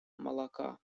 молока